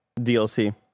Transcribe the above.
DLC